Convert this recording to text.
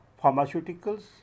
pharmaceuticals